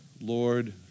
Lord